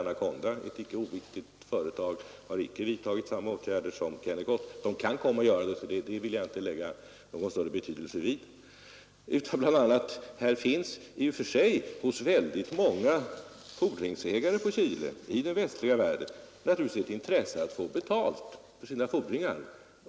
Anaconda, ett icke oviktigt företag, har icke vidtagit liknande åtgärder som Kennecott har gjort; de kan komma att göra det men det vill jag inte fästa något större Hos väldigt många fordringsägare mot Chile i den västliga världen finns naturligtvis ett intresse av att få betalt för utestående fordringar.